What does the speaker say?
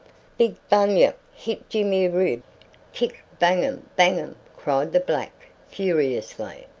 big bunyip hit jimmy rib kick, bangum, bangum! cried the black furiously.